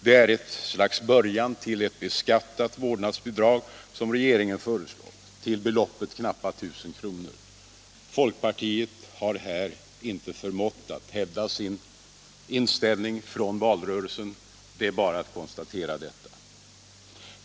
Det är ett slags början till ett beskattat vårdnadsbidrag som regeringen föreslår, till beloppet knappa 1 000 kr. Folkpartiet har här inte förmått att hävda sin inställning från valrörelsen. Det är bara att konstatera detta.